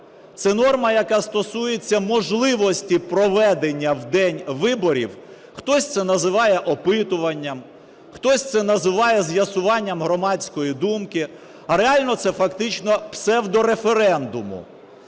Це норма, яка стосується можливості проведення в день виборів, хтось це називає опитуванням, хтось це називає з'ясуванням громадської думки, а реально це фактично псевдореферендум,